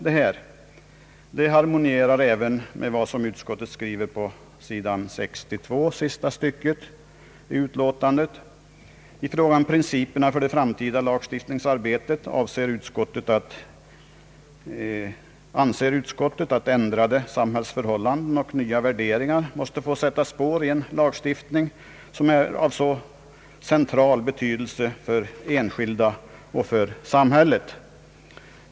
Detta harmonierar även med vad som utskottet skrivit på sidan 62, sista stycket, i utlåtandet: »I fråga om principerna för det framtida lagstiftningsarbetet anser utskottet att ändrade samhällsförhållanden och nya värderingar måste få sätta spår i en lagstiftning, som är av så central betydelse både för enskilda och för samhället.